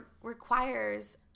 requires